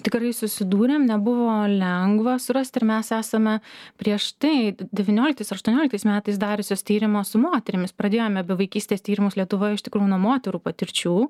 tikrai susidūrėm nebuvo lengva surasti ir mes esame prieš tai devynioliktais aštuonioliktais metais dariusios tyrimą su moterimis pradėjome bevaikystės tyrimus lietuvoj iš tikrųjų moterų patirčių